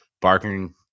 barking